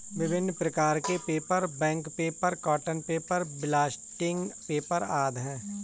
विभिन्न प्रकार के paper, bank paper, cotton paper, blotting paper आदि हैं